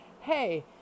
Hey